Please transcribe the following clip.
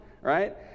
right